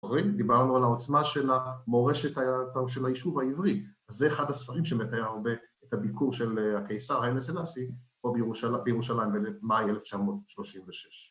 דיברנו על העוצמה של המורשת של היישוב העברי, זה אחד הספרים שמתאר הרבה את הביקור של הקיסר היילה סלאסי פה בירו...בירושלים במאי 1936.